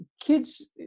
kids